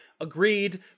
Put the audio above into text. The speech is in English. agreed